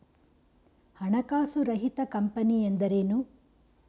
ಹಣಕಾಸು ರಹಿತ ಕಂಪನಿ ಎಂದರೇನು?